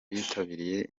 bitabiriye